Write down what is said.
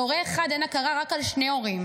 על הורה אחד אין הכרה, רק על שני הורים.